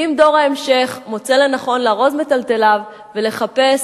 ואם דור ההמשך מוצא לנכון לארוז מיטלטליו ולחפש,